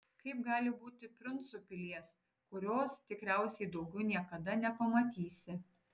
kaip gali būti princu pilies kurios tikriausiai daugiau niekada nepamatysi